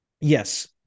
Yes